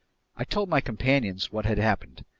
i told my companions what had happened.